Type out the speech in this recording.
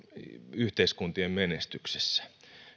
yhteiskuntien menestyksessä